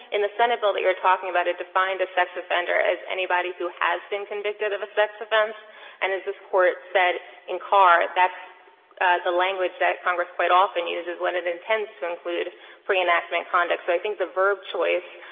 in the senate bill that you are talking about it defined a sex offender as anybody who has been convicted of a sex offense and as this court said in carr, that the language that congress quite often uses when it intends to include pre-enactment conduct. so i think the verb choice,